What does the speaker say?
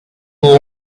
who